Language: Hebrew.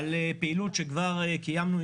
על פעילות שכבר קיימנו.